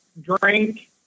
drink